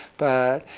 but,